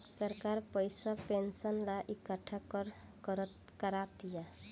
सरकार पइसा पेंशन ला इकट्ठा करा तिया